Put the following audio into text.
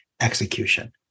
execution